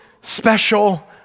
special